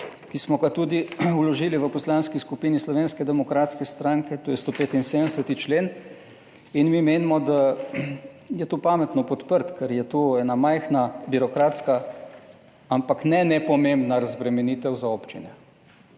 ki smo ga tudi vložili v Poslanski skupini Slovenske demokratske stranke, to je 175. člen. Mi menimo, da je to pametno podpreti, ker je to ena majhna birokratska, ampak ne nepomembna razbremenitev za občine.